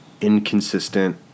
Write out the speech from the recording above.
inconsistent